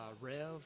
Rev